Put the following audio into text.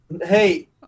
Hey